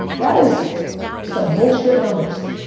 that is some bullshit numbers.